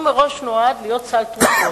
הוא מראש נועד להיות סל תרופות.